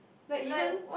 like even